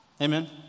Amen